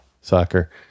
soccer